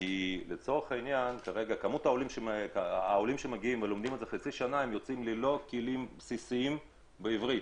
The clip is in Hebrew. העולים שמגיעים ולומדים חצי שנה יוצאים ללא כלים בסיסיים בעברית,